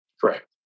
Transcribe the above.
Correct